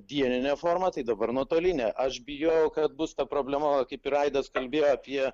dienine forma tai dabar nuotoline aš bijojau kad bus ta problema kaip ir aidas kalbėjo apie